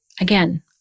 again